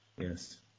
Yes